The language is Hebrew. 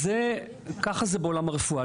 ככה זה בעולם הרפואה,